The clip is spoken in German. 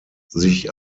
sich